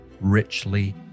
richly